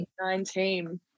2019